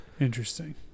Interesting